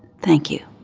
thank you.